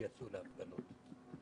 שיצאו להפגנות.